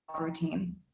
routine